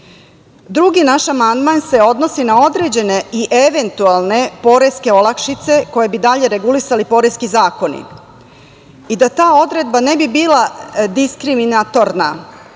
naš amandman se odnosi na određene i eventualne poreske olakšice koje bi dalje regulisali poreski zakoni i da ta odredba ne bi bila diskriminatorna,